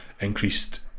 increased